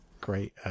great